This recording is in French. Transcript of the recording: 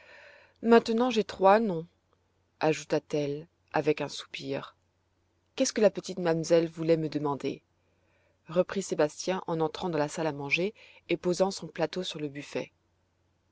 maintenant j'ai trois noms ajouta-t-elle avec un soupir qu'est-ce que la petite mamselle voulait me demander reprit sébastien en entrant dans la salle à manger et posant son plateau sur le buffet